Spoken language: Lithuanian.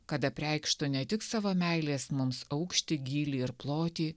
kad apreikštų ne tik savo meilės mums aukštį gylį ir plotį